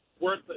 worth